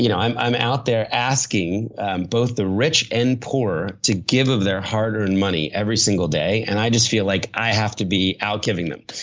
you know i'm i'm out there asking both the rich and poor to give of their hard earned money every single day and i just feel like i have to be out giving them.